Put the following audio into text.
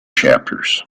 chapters